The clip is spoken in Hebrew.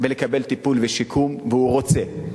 ולקבל טיפול ושיקום, והוא רוצה.